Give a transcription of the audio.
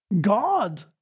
God